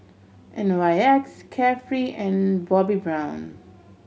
N Y X Carefree and Bobbi Brown